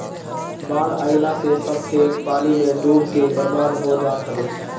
बाढ़ आइला से सब खेत पानी में डूब के बर्बाद हो जात हवे